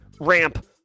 ramp